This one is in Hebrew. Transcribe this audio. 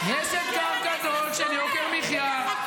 יש אתגר גדול של יוקר מחיה.